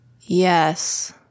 Yes